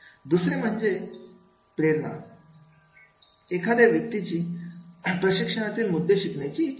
दुसरे म्हणजे प्रेरणा एखाद्या व्यक्तीची प्रशिक्षणातील मुद्दे शिकण्याची इच्छा